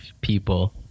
people